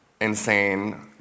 insane